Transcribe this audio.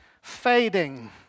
fading